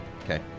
Okay